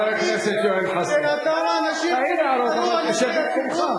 חבר הכנסת יואל חסון, תעיר הערות, אבל תשב במקומך.